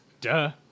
Duh